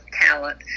talent